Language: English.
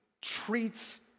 treats